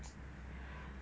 ya